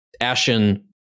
ashen